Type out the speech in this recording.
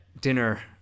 dinner